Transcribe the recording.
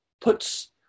puts